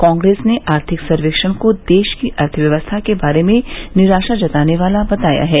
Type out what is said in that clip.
कांग्रेस ने आर्थिक सर्वेक्षण को देश की अर्थव्यवस्था के बारे में निराशा जताने वाला बताया है